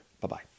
Bye-bye